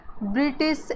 british